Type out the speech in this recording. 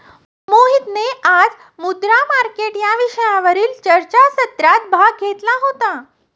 मोहितने आज मुद्रा मार्केट या विषयावरील चर्चासत्रात भाग घेतला होता